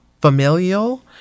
familial